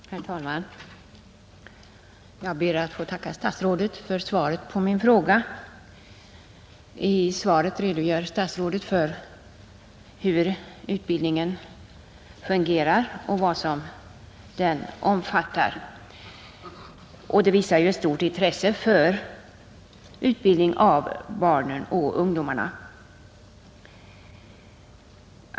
Herr talman! Jag ber att få tacka statsrådet för svaret på min fråga. I svaret redogör statsrådet för hur utbildningen fungerar och vad den omfattar, och det visar ju ett stort intresse för utbildning av barnen och ungdomarna.